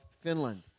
Finland